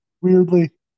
weirdly